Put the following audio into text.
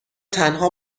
تنها